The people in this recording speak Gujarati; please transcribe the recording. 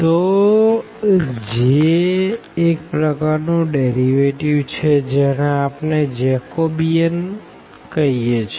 તો J એક પ્રકાર નું ડેરીવેટીવ છે જેને આપણે જેકોબિયન કહીએ છે